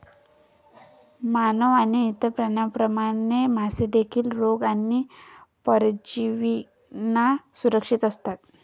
मानव आणि इतर प्राण्यांप्रमाणे, मासे देखील रोग आणि परजीवींना असुरक्षित असतात